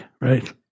right